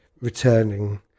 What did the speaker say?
returning